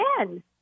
again